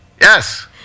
yes